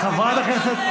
חברת הכנסת,